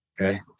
Okay